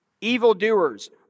Evildoers